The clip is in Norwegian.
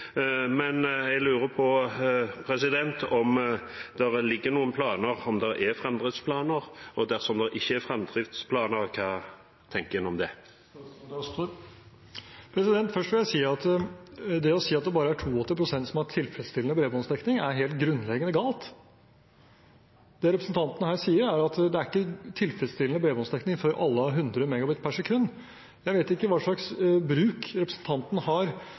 men i saken om postloven i forrige uke fremmet opposisjonen et forslag om å legge opp en framdriftsplan for utbyggingen som gjenstår. Det ble nedstemt av posisjonen, slik det pleier å bli. Jeg lurer på om det foreligger noen framdriftsplaner – og dersom det ikke er framdriftsplaner, hva tenker en om det? Først: Det å si at det bare er 82 pst. som har tilfredsstillende bredbåndsdekning, er helt grunnleggende galt. Det representanten her sier, er at det ikke er tilfredsstillende bredbåndsdekning før alle